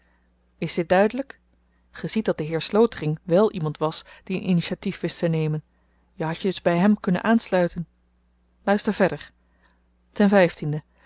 is dit duidelyk ge ziet dat de heer slotering wèl iemand was die een initiatief wist te nemen je had je dus by hem kunnen aansluiten luister verder